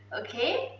okay?